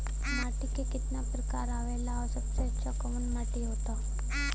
माटी के कितना प्रकार आवेला और सबसे अच्छा कवन माटी होता?